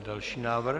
Další návrh.